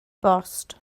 bost